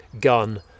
gun